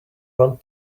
want